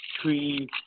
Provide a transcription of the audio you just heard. three